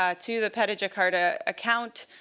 ah to the peta jakarta account,